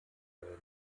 köln